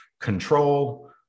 control